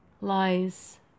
lies